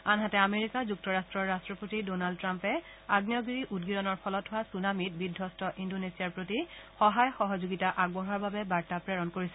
আনহাতে আমেৰিকা যুক্তৰাট্টৰ ৰট্টপতি ডনাল্ড ট্ৰাম্পে আগ্নেয়গিৰি উদগিৰণৰ ফলত হোৱা ছুনামীত বিধবস্ত ইণ্ডোনেছিয়াৰ প্ৰতি সহায় সহযোগিতা আগবঢোৱাৰ বাবে বাৰ্তা প্ৰেৰণ কৰিছে